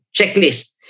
checklist